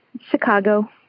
Chicago